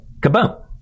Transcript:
Kaboom